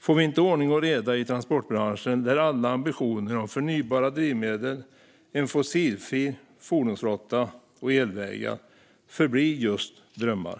Får vi inte ordning och reda i transportbranschen lär alla ambitioner om förnybara drivmedel, en fossilfri fordonsflotta och elvägar förbli drömmar.